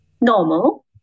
normal